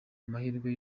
amahirwe